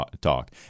talk